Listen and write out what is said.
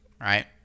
right